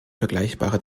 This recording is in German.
vergleichbare